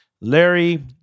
Larry